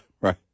right